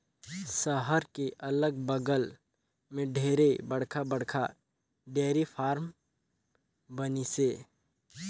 सहर के अगल बगल में ढेरे बड़खा बड़खा डेयरी फारम बनिसे